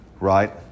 Right